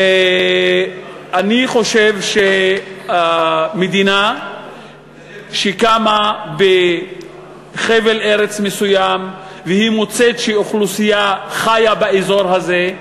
אני חושב שהמדינה שקמה בחבל ארץ מסוים ומצאה שאוכלוסייה חיה באזור הזה,